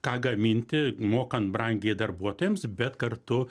ką gaminti mokant brangiai darbuotojams bet kartu